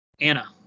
Anna